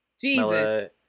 Jesus